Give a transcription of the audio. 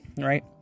right